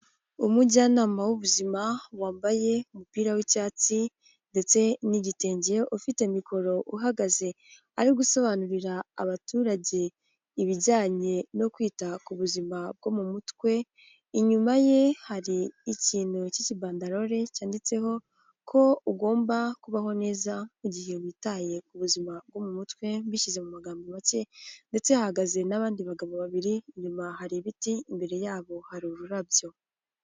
Umujyanama w'ubuzima wambaye umupira w'icyatsi ndetse n'igitenge, ufite mikoro uhagaze ari gusobanurira abaturage, ibijyanye no kwita ku buzima bwo mu mutwe. Inyuma ye hari ikintu k'ikibandarore cyanditseho ko ugomba kubaho neza mugihe witaye ku buzima bwo mu mutwe. Mbishyize mu magambo make ndetse hahagaze n'abandi bagabo babiri, inyuma hari ibiti imbere yabo hari ururabyo.